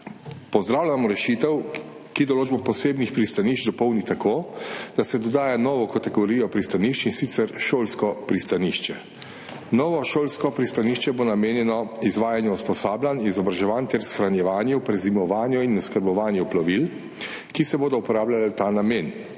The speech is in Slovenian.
pozdravljamo rešitev, ki določbo posebnih pristanišč dopolni tako, da se dodaja nova kategorija pristanišč, in sicer šolsko pristanišče. Novo šolsko pristanišče bo namenjeno izvajanju usposabljanj, izobraževanj ter shranjevanju, prezimovanju in oskrbovanju plovil, ki se bodo uporabljala v ta namen.